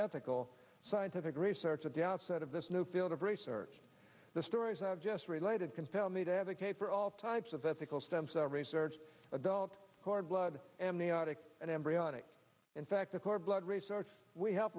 ethical scientific research at the outset of this new field of research the stories i've just related compel me to advocate for all types of ethical stem cell research adult cord blood and the arctic and embryonic in fact the cord blood research we have